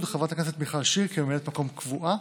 חברת הכנסת מיכל שיר כממלאת מקום קבועה.